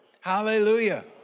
Hallelujah